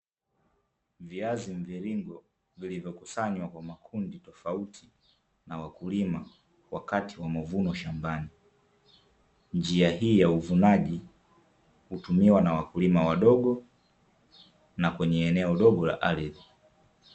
Viazi mviringo vilivyokusanywa kwa makundi tofauti na wakulima wakati wa mavuno shambani, njia hii ya uvunaji hutumiwa na wakulima wadogo na kwenye eneo dogo la ardhi.